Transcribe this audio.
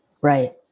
Right